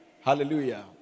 Hallelujah